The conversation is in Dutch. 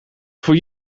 voor